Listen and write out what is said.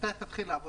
מתי הקרן תתחיל לעבוד?